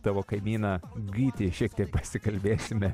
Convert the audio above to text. tavo kaimyną gytį šiek tiek pasikalbėsime